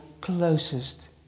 closest